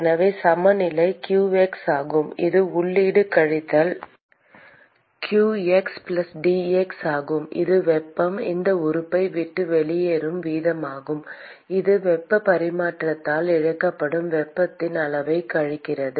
எனவே சமநிலை qx ஆகும் இது உள்ளீடு கழித்தல் q xdx ஆகும் இது வெப்பம் இந்த உறுப்பை விட்டு வெளியேறும் வீதமாகும் இது வெப்பப் பரிமாற்றத்தால் இழக்கப்படும் வெப்பத்தின் அளவைக் கழிக்கிறது